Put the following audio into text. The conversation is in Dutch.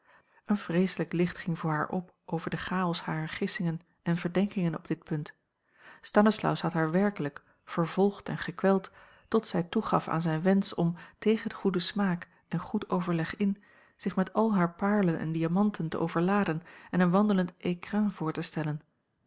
een vreeselijk licht ging voor haar op over den chaos harer gissingen en verdenkingen op dit punt stanislaus had haar werkelijk vervolgd en gekweld tot zij toegaf aan zijn wensch om tegen goeden smaak en goed overleg in zich met al hare paarlen en diamanten te overladen en een wandelend écrin voor te stellen